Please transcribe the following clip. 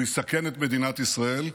הוא יסכן את מדינת ישראל,